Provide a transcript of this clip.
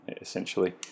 essentially